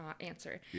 answer